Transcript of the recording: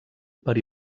per